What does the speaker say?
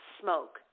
smoke